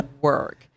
work